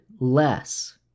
less